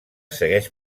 segueix